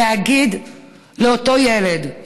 להגיד לאותו ילד,